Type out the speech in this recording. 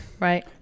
Right